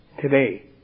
today